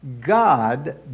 God